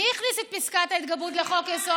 מי הכניס את פסקת ההתגברות לחוק-יסוד?